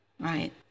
Right